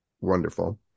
wonderful